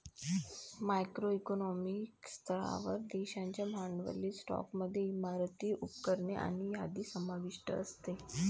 macro economic स्तरावर, देशाच्या भांडवली स्टॉकमध्ये इमारती, उपकरणे आणि यादी समाविष्ट असते